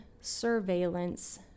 surveillance